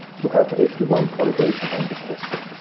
to have h v one calibration on the test block.